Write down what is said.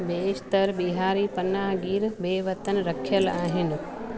बेईश्तर बिहारी पनाहगीर बे वतन रखियल आहिनि